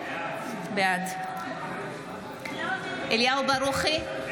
בעד אליהו ברוכי,